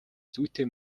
зүйтэй